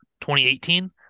2018